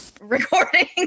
recording